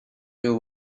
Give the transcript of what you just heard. you